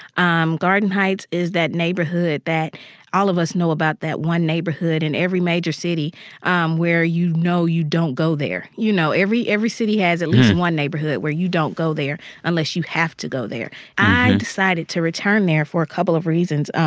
um garden heights is that neighborhood that all of us know about, that one neighborhood in every major city um where you know you don't go there. you know, every every city has at least one neighborhood where you don't go there unless you have to go there i decided to return there for a couple of reasons.